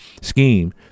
scheme